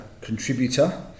contributor